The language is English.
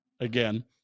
again